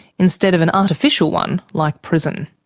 instead of an artificial one, like prison.